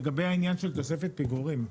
לגבי העניין של תוספת פיגורים.